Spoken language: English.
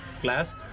class